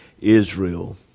Israel